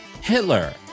hitler